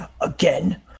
again